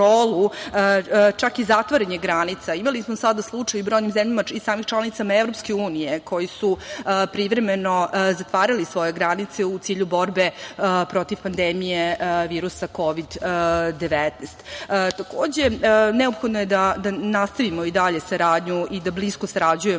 čak i zatvaranje granica. Imali smo sada slučaj i u brojnim zemljama, samim članicama EU, koji su privremeno zatvarali svoje granice u cilju borbe protiv pandemije virusa Kovid – 19.Takođe, neophodno je da nastavimo i dalje saradnju i da blisko sarađujemo